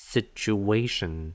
Situation